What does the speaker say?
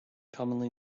commonly